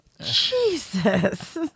Jesus